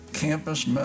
Campus